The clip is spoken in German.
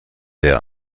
der